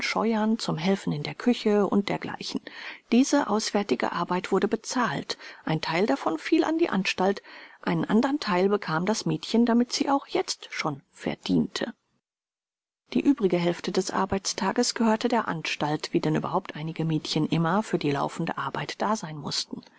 zum helfen in der küche u dergl diese auswärtige arbeit wurde bezahlt ein theil davon fiel an die anstalt einen andern theil bekam das mädchen damit sie auch jetzt schon verdiente die übrige hälfte des arbeits tages gehörte der anstalt wie denn überhaupt einige mädchen immer für die laufende arbeit da sein mußten